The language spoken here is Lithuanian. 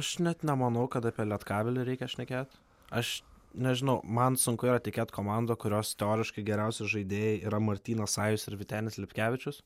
aš net nemanau kad apie lietkabelį reikia šnekėt aš nežinau man sunku yra tikėt komanda kurios teoriškai geriausi žaidėjai yra martynas sajus ir vytenis lipkevičius